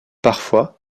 parfois